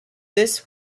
this